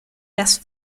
las